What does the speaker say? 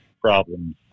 problems